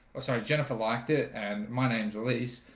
oh, sorry, jennifer liked it and my name is elise